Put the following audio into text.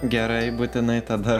gerai būtinai tada